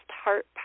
heart